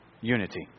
Unity